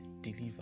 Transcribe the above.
deliver